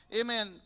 Amen